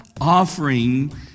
offering